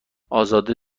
ازاده